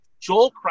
Joel